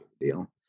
deal